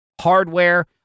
hardware